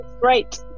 great